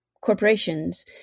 corporations